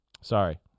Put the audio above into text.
Sorry